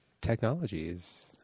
Technologies